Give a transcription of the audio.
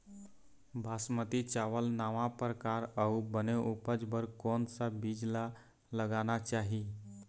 बासमती चावल नावा परकार अऊ बने उपज बर कोन सा बीज ला लगाना चाही?